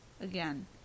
Again